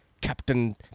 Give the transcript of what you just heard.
Captain